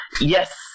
yes